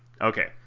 Okay